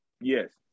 Yes